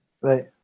Right